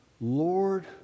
Lord